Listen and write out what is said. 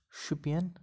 Shopian